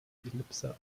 ellipse